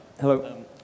Hello